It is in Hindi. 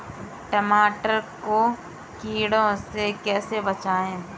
टमाटर को कीड़ों से कैसे बचाएँ?